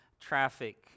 traffic